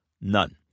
None